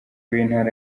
w’intara